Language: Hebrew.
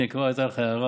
הינה, כבר הייתה לך הערה,